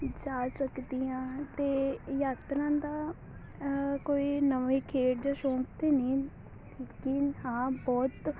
ਜਾ ਸਕਦੀ ਹਾਂ ਅਤੇ ਯਾਤਰਾ ਦਾ ਕੋਈ ਨਵੀਂ ਖੇਡ ਸ਼ੌਕ ਤਾਂ ਨਹੀਂ ਕਿ ਹਾਂ ਬਹੁਤ